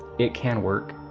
it can work,